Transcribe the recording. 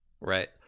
Right